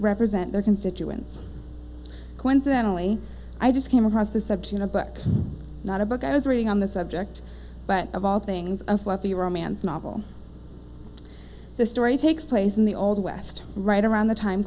represent their constituents coincidentally i just came across the steps in a book not a book i was reading on the subject but of all things a fluffy romance novel the story takes place in the old west right around the time